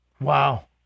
Wow